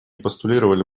постулировали